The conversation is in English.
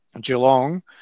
Geelong